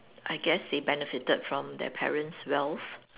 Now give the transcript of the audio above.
I guess they benefited from their parents' wealth